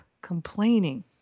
complaining